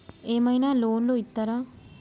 ఏమైనా లోన్లు ఇత్తరా?